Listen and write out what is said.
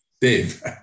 Dave